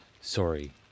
sorry